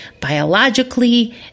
biologically